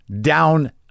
down